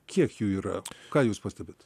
kiek jų yra ką jūs pastebite